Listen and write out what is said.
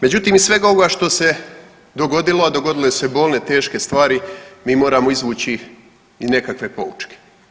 Međutim, iz svega ovoga što se dogodilo, a dogodile su se bolne teške stvari mi moramo izvući i nekakve poučke.